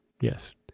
Yes